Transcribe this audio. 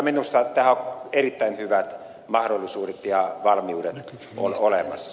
minusta tähän on erittäin hyvät mahdollisuudet ja valmiudet olemassa